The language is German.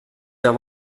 der